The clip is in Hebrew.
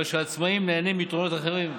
הרי שהעצמאים נהנים מיתרונות אחרים,